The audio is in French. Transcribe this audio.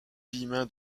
guillemin